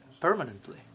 permanently